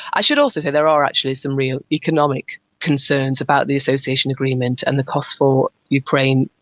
i should also say there are actually some real economic concerns about the association agreement and the costs for ukraine,